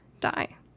Die